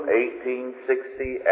1860